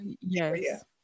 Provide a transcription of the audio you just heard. Yes